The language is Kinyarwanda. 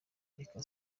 reka